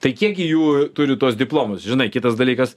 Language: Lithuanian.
tai kiekgi jų turi tuos diplomus žinai kitas dalykas